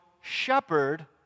shepherd